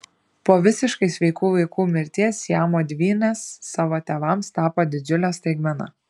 po visiškai sveikų vaikų mirties siamo dvynės savo tėvams tapo didžiule staigmena